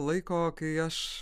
laiko kai aš